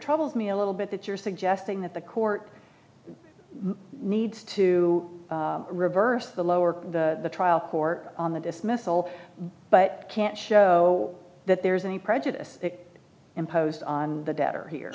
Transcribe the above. troubles me a little bit that you're suggesting that the court needs to reverse the lower the trial court on the dismissal but can't show that there's any prejudice imposed on the debtor here